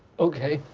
okay.